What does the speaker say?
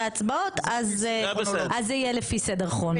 ההצבעות אז זה יהיה לפני סדר כרונולוגי.